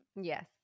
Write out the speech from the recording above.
yes